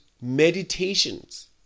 meditations